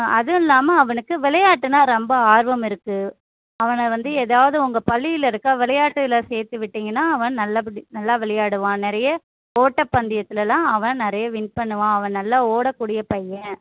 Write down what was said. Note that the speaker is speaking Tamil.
அதுவும் இல்லாமல் அவனுக்கு விளையாட்டுன்னால் ரொம்ப ஆர்வம் இருக்குது அவனை வந்து ஏதாவது உங்கள் பள்ளியில் இருக்க விளையாட்டில் சேர்த்து விட்டிங்கன்னால் அவன் நல்லபடி நல்லா விளையாடுவான் நிறைய ஓட்டப்பந்தயத்திலல்லாம் அவன் நிறைய வின் பண்ணுவான் அவன் நல்லா ஓடக்கூடிய பையன்